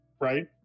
right